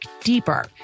deeper